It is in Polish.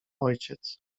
ojciec